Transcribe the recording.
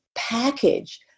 package